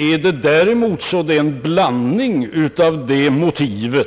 Är det däremot en blandning av detta motiv